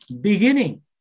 beginning